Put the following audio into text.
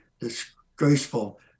disgraceful